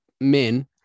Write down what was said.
men